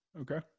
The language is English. Okay